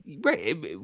Right